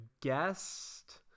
Guest